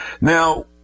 Now